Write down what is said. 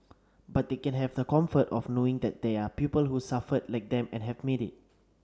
but they can have the comfort of knowing that there are people who suffered like them and have made it